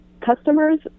customers